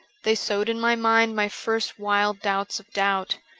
they sowed in my mind my first wild doubts of doubt.